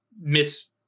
miss